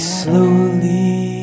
slowly